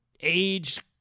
Age